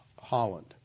Holland